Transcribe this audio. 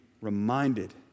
reminded